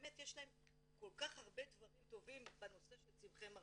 באמת יש להם כל כך הרבה דברים טובים בנושא של צמחי מרפא,